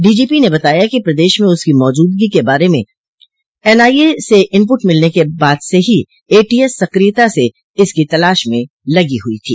DGP ने बताया कि प्रदेश में उसकी मौजूदगी के बारे में एनआईए से इनपुट मिलने के बाद से ही एटीएस सक्रियता से इसकी तलाश में लगी हुई थी